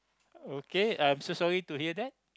okay I'm so sorry to hear that